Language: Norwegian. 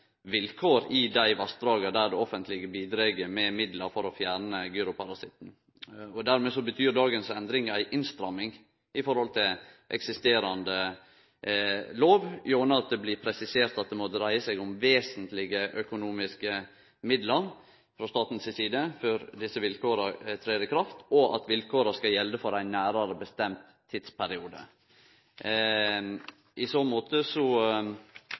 fjerne gyroparasitten. Dermed betyr dagens endringar ei innstramming samanlikna med eksisterande lov, gjennom at det blir presisert at det må dreie seg om vesentlege økonomiske midlar frå staten si side før desse vilkåra trer i kraft, og at vilkåra skal gjelde for ein nærare bestemt tidsperiode. I så måte